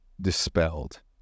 dispelled